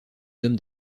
hommes